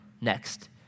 next